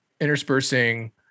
interspersing